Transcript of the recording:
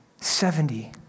Seventy